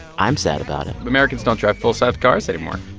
i'm sad about it americans don't drive full-size cars anymore.